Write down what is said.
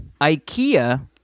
IKEA